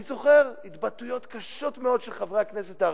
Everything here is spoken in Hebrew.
אני זוכר התבטאויות קשות מאוד של חברי הכנסת הערבים,